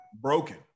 Broken